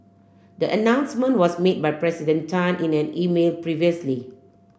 the announcement was made by President Tan in an email previously